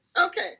Okay